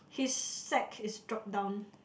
his sack is dropped down